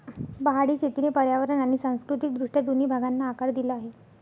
पहाडी शेतीने पर्यावरण आणि सांस्कृतिक दृष्ट्या दोन्ही भागांना आकार दिला आहे